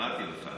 אמרתי לך,